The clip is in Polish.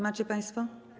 Macie państwo?